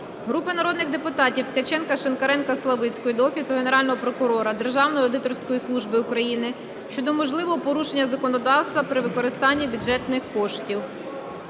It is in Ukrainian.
Групи народних депутатів (Ткаченка, Шинкаренка, Славицької) до Офісу Генерального прокурора, Державної аудиторської служби України щодо можливого порушення законодавства при використанні бюджетних коштів.